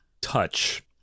Touch